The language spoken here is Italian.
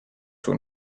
sua